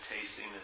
tasting